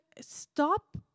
stop